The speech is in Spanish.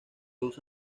usa